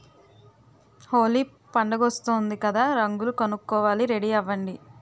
హోలీ పండుగొస్తోంది కదా రంగులు కొనుక్కోవాలి రెడీ అవ్వండి